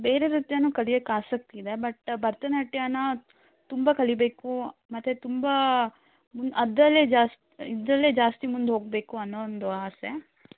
ಬೇರೆ ನೃತ್ಯನೂ ಕಲಿಯಕ್ಕೆ ಆಸಕ್ತಿ ಇದೆ ಬಟ್ ಭರತನಾಟ್ಯನ ತುಂಬ ಕಲಿಯಬೇಕು ಮತ್ತು ತುಂಬ ಅದರಲ್ಲೇ ಜಾಸ್ ಇದರಲ್ಲೇ ಜಾಸ್ತಿ ಮುಂದೆ ಹೋಗಬೇಕು ಅನ್ನೋವೊಂದು ಆಸೆ